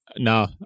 No